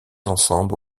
ensemble